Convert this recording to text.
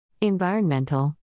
Environmental